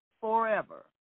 forever